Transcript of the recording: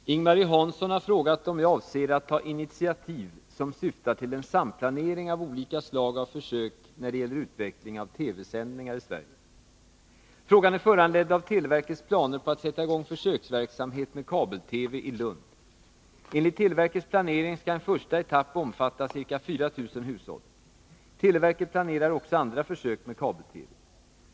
Herr talman! Ing-Marie Hansson har frågat om jag avser att ta initiativ som syftar till en samplanering av olika slag av försök när det gäller utveckling av TV-sändningar i Sverige. Frågan är föranledd av televerkets planer på att sätta i gång försöksverksamhet med kabel-TV i Lund. Enligt televerkets planering skall en första etapp omfatta ca 4 000 hushåll. Televerket planerar också andra försök med kabel-TV.